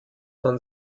man